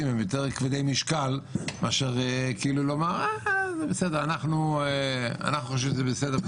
ויותר כבדות משקל מאשר לומר: אנחנו חושבים שזה בסדר.